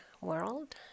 world